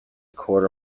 quarter